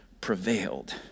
prevailed